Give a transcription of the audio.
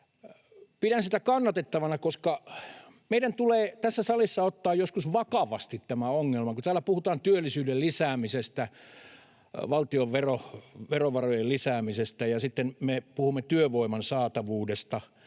Pidän sitä kannatettavana, koska meidän tulee tässä salissa ottaa joskus vakavasti tämä ongelma. Täällä puhutaan työllisyyden lisäämisestä, valtion verovarojen lisäämisestä, ja sitten me puhumme työvoiman saatavuudesta,